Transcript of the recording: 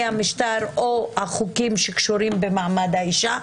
המשטר או בחוקים הקשורים במעמד האישה,